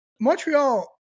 Montreal